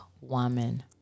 woman